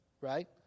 right